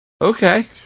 Okay